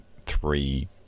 three